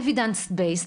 Evidence based.